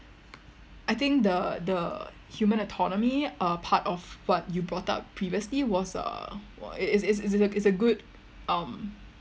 I think the the human autonomy uh part of what you bought up previously was a was is is is is a is a good um